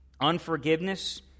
unforgiveness